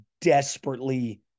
desperately